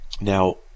Now